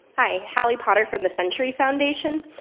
hi. hallie potter from the century foundation.